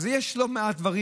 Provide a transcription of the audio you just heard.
אז יש לא מעט דברים.